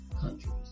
countries